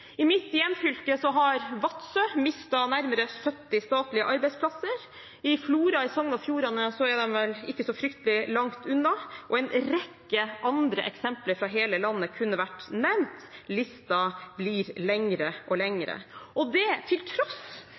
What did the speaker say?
I mitt hjemfylke har Vadsø mistet nærmere 70 statlige arbeidsplasser, i Flora i Sogn og Fjordane er de vel ikke så fryktelig langt unna. En rekke andre eksempler fra hele landet kunne vært nevnt. Listen blir lengre og lengre. Vi er for å omorganisere når det